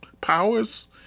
powers